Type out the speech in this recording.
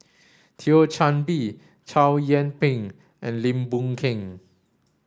Thio Chan Bee Chow Yian Ping and Lim Boon Keng